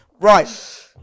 Right